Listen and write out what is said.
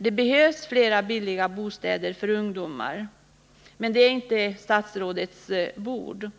Det behövs fler billiga bostäder för ungdomar, men det är inte arbetsmarknadsministerns bord.